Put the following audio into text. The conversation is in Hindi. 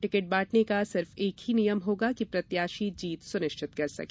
टिकिट बांटने का सिर्फ एक ही नियम होगा कि प्रत्याशी जीत सुनिश्चित कर सके